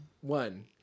One